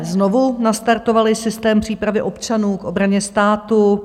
Znovu jsme nastartovali systém přípravy občanů k obraně státu.